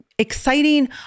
Exciting